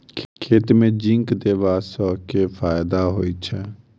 खेत मे जिंक देबा सँ केँ फायदा होइ छैय?